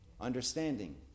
Understanding